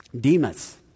Demas